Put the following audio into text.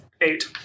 eight